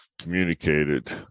communicated